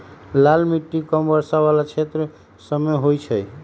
लाल माटि कम वर्षा वला क्षेत्र सभमें होइ छइ